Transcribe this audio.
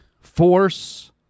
force